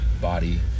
body